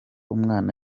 umwana